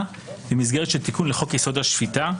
במסגרת של תיקון לחוק יסוד: השפיטה,